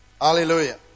Hallelujah